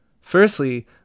Firstly